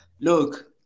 Look